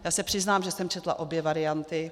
Já se přiznám, že jsem četla obě varianty.